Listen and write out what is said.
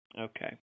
Okay